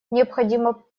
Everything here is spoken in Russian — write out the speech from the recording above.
необходимо